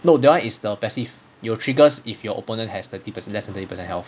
no that [one] is the passive it will trigger if your opponent has thirty percent less than thirty percent of health